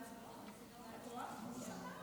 הינה עוד חוק פרסונלי-נתניהו,